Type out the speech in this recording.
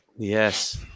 Yes